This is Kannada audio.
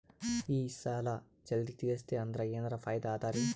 ನಾ ಈ ಸಾಲಾ ಜಲ್ದಿ ತಿರಸ್ದೆ ಅಂದ್ರ ಎನರ ಫಾಯಿದಾ ಅದರಿ?